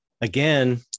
again